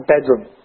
bedroom